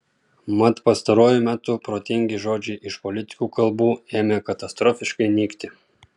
mat pastaruoju metu protingi žodžiai iš politikų kalbų ėmė katastrofiškai nykti